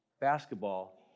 basketball